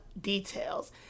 details